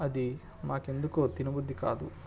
అది మాకు ఎందుకో తినబుద్ది కాదు